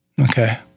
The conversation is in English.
Okay